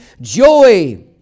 Joy